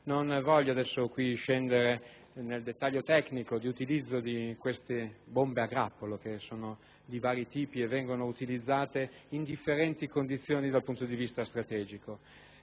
Non voglio qui scendere nel dettaglio tecnico di utilizzo di queste bombe, che sono di vario tipo e vengono utilizzate in differenti condizioni dal punto di vista strategico,